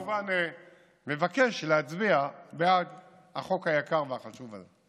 אני כמובן מבקש להצביע בעד החוק היקר והחשוב הזה.